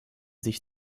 sich